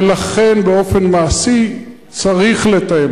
ולכן, באופן מעשי צריך לתאם.